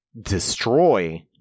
destroy